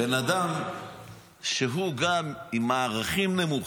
בן אדם שהוא גם עם ערכים נמוכים.